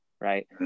right